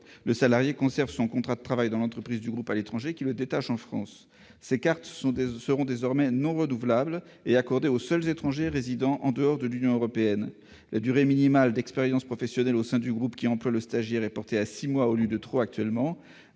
Le salarié conserve son contrat de travail dans l'entreprise du groupe située à l'étranger qui le détache en France. Ces cartes seront désormais non renouvelables et accordées aux seuls étrangers résidant en dehors de l'Union européenne. La durée minimale d'expérience professionnelle au sein du groupe qui emploie le stagiaire est portée à six mois, au lieu de trois actuellement.